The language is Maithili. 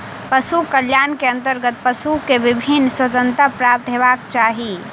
पशु कल्याण के अंतर्गत पशु के विभिन्न स्वतंत्रता प्राप्त हेबाक चाही